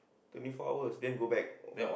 twenty four hours then go back